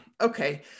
Okay